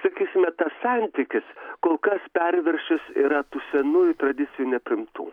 sakysime tas santykis kol kas perviršis yra tų senųjų tradicijų nepriimtų